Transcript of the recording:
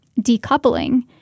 decoupling